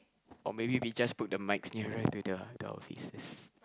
or maybe we just put the mics nearer to the to our faces